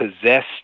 possessed